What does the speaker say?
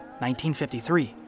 1953